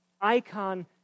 icon